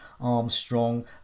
Armstrong